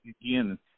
again